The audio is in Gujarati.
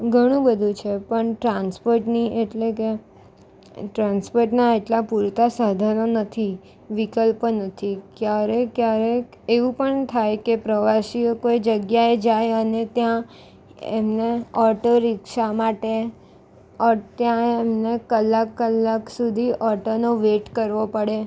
ઘણું બધું છે પણ ટ્રાન્સપોર્ટની એટલે કે ટ્રાન્સપોર્ટના એટલા પૂરતા સાધનો નથી વિકલ્પો નથી ક્યારે ક્યારેક એવું પણ થાય કે પ્રવાસીઓ કોઈ જગ્યાએ જાય અને ત્યાં એમના ઓટો રિક્ષા માટે ઓ ત્યાં એમને કલાક કલાક સુધી ઓટોનો વેટ કરવો પડે